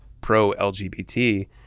pro-LGBT